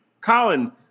Colin